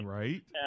right